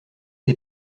des